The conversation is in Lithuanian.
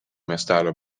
miestelio